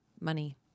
money